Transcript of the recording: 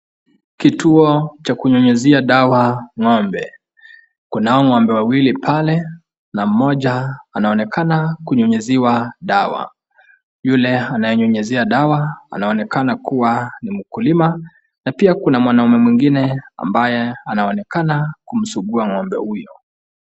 Kituo cha kunyunyizia dawa ng'ombe. Kunao ng'ombe wawili pale, na mmoja anaonekana kunyunyiziwa dawa. Yule anayenyunyizia dawa anaonekana kuwa ni mkulima, na pia kuna mwanaume mwingine ambaye anaonekana kumsugua ng'ombe huyo.